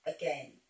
again